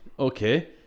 Okay